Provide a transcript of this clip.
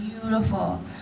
beautiful